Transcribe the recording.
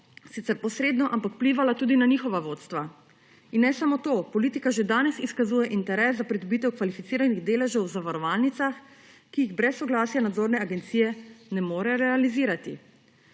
sicer posredno, ampak vplivala tudi na njihova vodstva. In ne samo to; politika že danes izkazuje interes za pridobitev kvalificiranih deležev v zavarovalnicah, ki jih brez soglasja nadzorne agencije ne more realizirati.